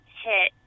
hit